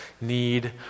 need